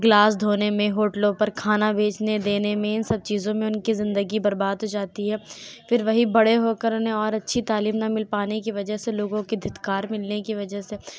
glass دھونے میں ہوٹلوں پر کھانا بیچنے دینے میں ان سب چیزوں میں ان کی زندگی برباد ہو جاتی ہے پھر وہی بڑے ہو کر انہیں اور اچھی تعلیم نہ مل پانے کی وجہ سے لوگوں کی دھتکار ملنے کی وجہ سے